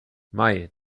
mei